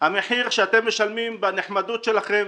המחיר שאתם משלמים בנחמדות שלכם,